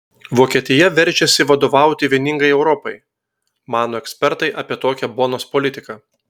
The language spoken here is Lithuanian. vokietija veržiasi vadovauti vieningai europai mano ekspertai apie tokią bonos politiką